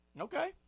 Okay